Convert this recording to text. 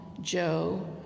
Joe